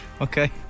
Okay